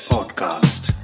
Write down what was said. Podcast